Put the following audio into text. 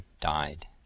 died